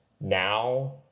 now